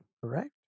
Correct